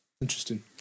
Interesting